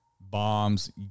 bombs